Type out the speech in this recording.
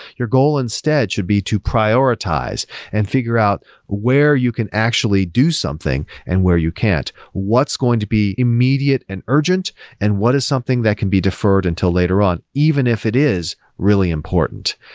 your goal instead should be to prioritize and figure out where you can actually do something and where you can't. what's going to be immediate and urgent and what is something that can be deferred until later on, even if it is really important.